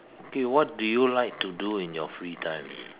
okay what do you like to do in your free time